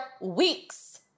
weeks